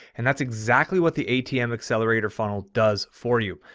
and that's exactly what the atm accelerator funnel does for you.